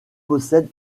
possède